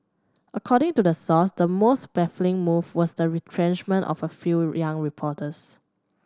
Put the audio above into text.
according to the source the most baffling move was the retrenchment of a few young reporters